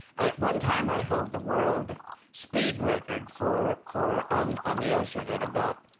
at one time, i held the world speed record for for on on the ocean at about,